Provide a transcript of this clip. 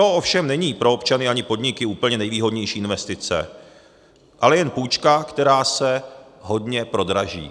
To ovšem není pro občany ani podniky úplně nejvýhodnější investice, ale jen půjčka, která se hodně prodraží.